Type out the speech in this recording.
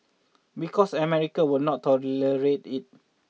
because America will not tolerate it